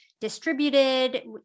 distributed